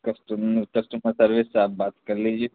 customer customer service سے آپ بات کر لیجیے